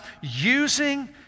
using